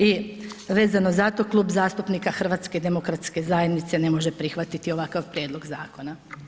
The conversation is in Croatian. I vezano za to Klub zastupnika HDZ-a ne može prihvatiti ovaka prijedlog zakona.